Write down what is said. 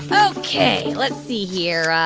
ok, let's see here.